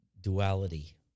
duality